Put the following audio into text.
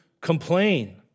complain